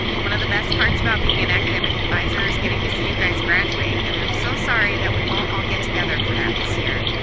one of the best parts of ah being an academic advisor is getting to see you guys graduate! and i'm so sorry that we all won't get together for that this year!